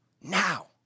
now